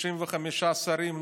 35 שרים,